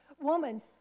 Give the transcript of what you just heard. woman